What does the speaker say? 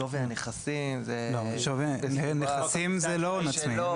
לא, שווי הנכסים זה לא הון עצמי.